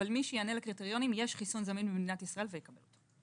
אבל מי שיענה לקריטריונים יש חיסון זמין במדינת ישראל והוא יקבל אותו.